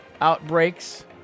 outbreaks